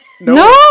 No